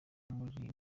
n’umukinnyi